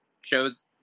shows